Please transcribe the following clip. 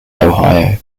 ohio